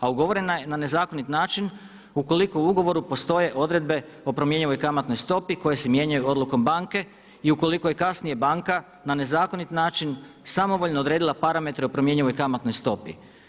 A ugovorena je na nezakonit način ukoliko u ugovoru postoje odredbe o promjenjivoj kamatnoj stopi koji se mijenjaju odlukom banke i ukoliko je kasnije banka na nezakonit način samovoljno odredila parametre o promjenjivoj kamatnoj stopi.